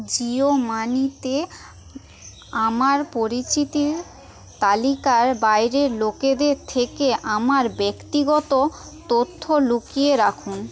জিও মানিতে আমার পরিচিতির তালিকার বাইরের লোকেদের থেকে আমার ব্যক্তিগত তথ্য লুকিয়ে রাখুন